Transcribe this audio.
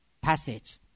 passage